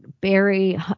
Barry